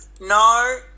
No